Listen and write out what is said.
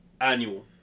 annual